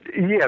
Yes